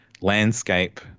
landscape